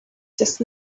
just